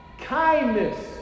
kindness